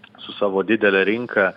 su savo didele rinka